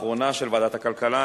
האחרונה של ועדת הכלכלה,